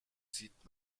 sieht